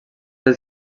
els